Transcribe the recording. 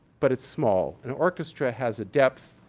but it's small. an orchestra has a depth,